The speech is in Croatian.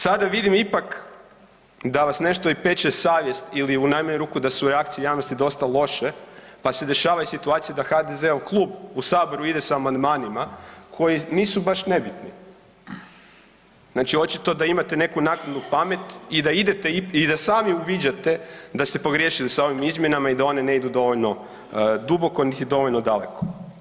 Sada vidim ipak da vas nešto i peče savjest ili u najmanju ruku da su reakcije u javnosti loše pa se dešavaju situacije da HDZ-ov klub u Saboru ide sa amandmanima koji nisu baš nebitni, znači očito da imate neku naknadnu pamet i da idete i da sami uviđate da ste pogriješili sa ovim izmjenama i da one ne idu dovoljno duboko niti dovoljno daleko.